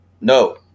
no